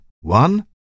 One